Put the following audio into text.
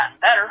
better